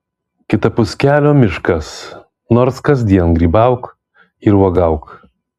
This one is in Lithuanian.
kitapus kelio miškas nors kasdien grybauk ir uogauk